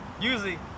Usually